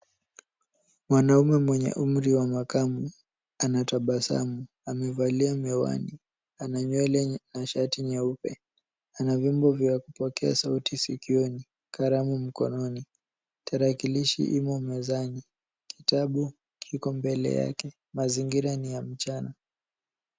Mwanaume mwenye umri wa makane anatabasamu amevalia miwani, ana nywele na shati nyeupe, ana vyombo vya kupokea sauti sikioni, kalamu mkononi, tarakilishi imo mezani, kitabu kiko mbele yake, mazingira ni ya mchana.